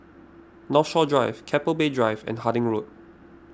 Northshore Drive Keppel Bay Drive and Harding Road